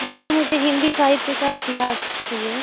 हाँ तो मुझे हिन्दी साहित्य की इतिहास चाहिए